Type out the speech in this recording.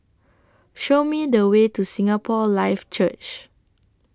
Show Me The Way to Singapore Life Church